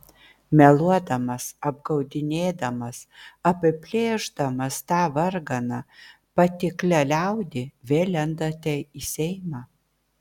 meluodamas apgaudinėdamas apiplėšdamas tą varganą patiklią liaudį vėl lendate į seimą